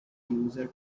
user